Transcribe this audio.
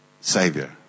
Savior